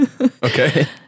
Okay